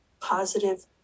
positive